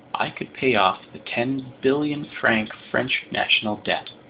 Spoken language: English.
i could pay off the ten-billion-franc french national debt!